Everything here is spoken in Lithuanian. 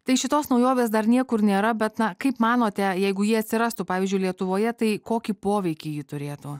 tai šitos naujovės dar niekur nėra bet na kaip manote jeigu jie atsirastų pavyzdžiui lietuvoje tai kokį poveikį ji turėtų